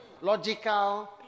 logical